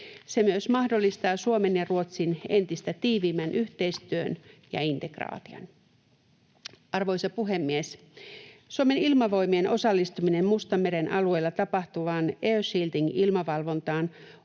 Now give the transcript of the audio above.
Se myös mahdollistaa Suomen ja Ruotsin entistä tiiviimmän yhteistyön ja integraation. Arvoisa puhemies! Suomen ilmavoimien osallistuminen Mustanmeren alueella tapahtuvaan air shielding ‑ilmavalvontaan